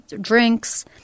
drinks